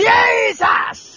Jesus